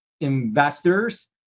investors